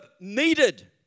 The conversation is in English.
needed